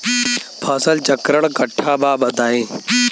फसल चक्रण कट्ठा बा बताई?